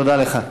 תודה לך.